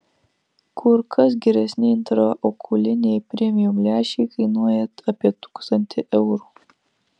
kur kas geresni intraokuliniai premium lęšiai kainuoja apie tūkstantį eurų